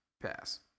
Pass